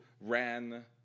ran